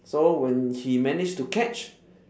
so when he manage to catch